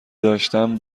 داشتم